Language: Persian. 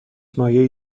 مایعی